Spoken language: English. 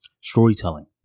storytelling